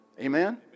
Amen